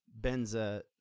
benza